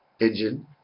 engine